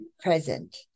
present